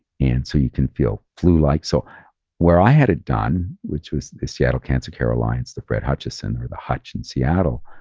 and so you can feel flu-like. so where i had it done, which was the seattle cancer care alliance, the fred hutchinson or the hutch in seattle,